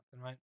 right